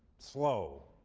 slow,